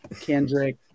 Kendrick